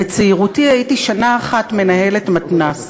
בצעירותי הייתי שנה אחת מנהלת מתנ"ס.